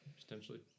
potentially